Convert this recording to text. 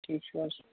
ٹھیٖک چھو حظ